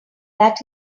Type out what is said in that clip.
that